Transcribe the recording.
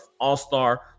all-star